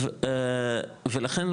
ולכן,